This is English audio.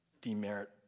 demerit